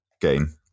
game